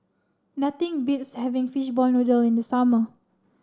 nothing beats having fishball noodle in the summer